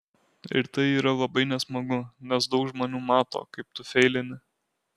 ir tai yra labai nesmagu nes daug žmonių mato kaip tu feilini